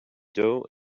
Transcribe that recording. dough